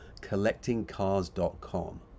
CollectingCars.com